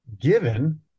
given